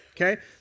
okay